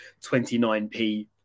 29p